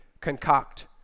concoct